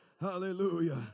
hallelujah